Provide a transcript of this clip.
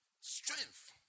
Strength